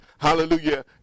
hallelujah